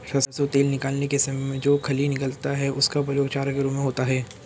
सरसों तेल निकालने के समय में जो खली निकलता है उसका प्रयोग चारा के रूप में होता है